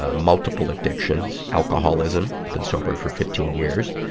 ah multiple addictions, alcoholism been sober for fifteen years.